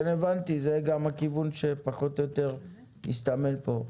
כן, הבנתי זה גם הכיוון שפחות או יותר מסתמן פה.